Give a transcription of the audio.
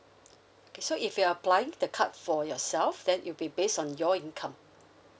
okay so if you're applying the card for yourself then it will be based on your income